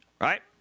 Right